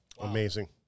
Amazing